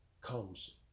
comes